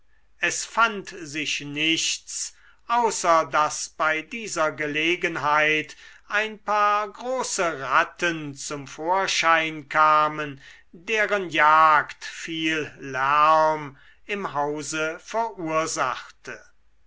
es fand sich nichts außer daß bei dieser gelegenheit ein paar große ratten zum vorschein kamen deren jagd viel lärm im hause verursachte